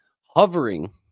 hovering